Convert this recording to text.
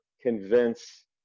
convince